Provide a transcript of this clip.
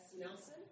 Nelson